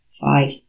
five